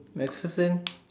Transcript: MacBook